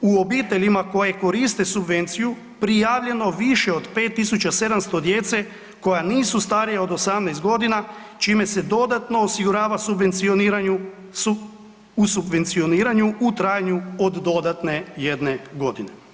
u obiteljima koje koriste subvenciju prijavljeno više od 5700 djece koja nisu starija od 18.g., čime se dodatno osigurava subvencioniranju, u subvencioniranju u trajanju od dodatne jedne godine.